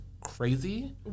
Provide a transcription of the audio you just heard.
crazy